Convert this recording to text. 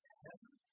heaven